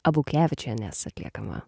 abukevičienės atliekamą